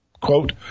Quote